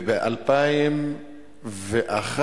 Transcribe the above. וב-2011